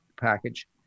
package